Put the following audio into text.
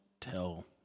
tell